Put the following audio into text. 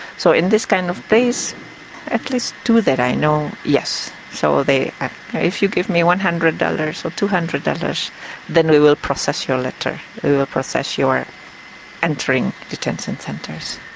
so in this kind of place at least two that i know, yes so if you give me one hundred dollars or two hundred dollars then we will process your letter, we will process your entering detention centres.